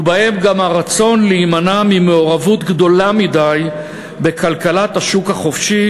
ובהם גם הרצון להימנע ממעורבות גדולה מדי בכלכלת השוק החופשי